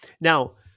now